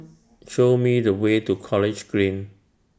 Show Me The Way to College Green